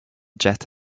jet